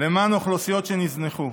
למען אוכלוסיות שנזנחו.